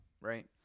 right